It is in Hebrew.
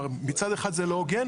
זה לא הוגן,